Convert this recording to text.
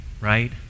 right